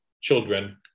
children